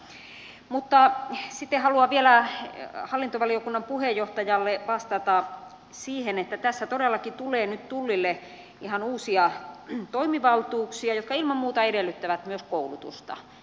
mutta sitten haluan vielä hallintovaliokunnan puheenjohtajalle vastata siihen että tässä todellakin tulee nyt tullille ihan uusia toimivaltuuksia jotka ilman muuta edellyttävät myös koulutusta